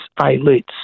elites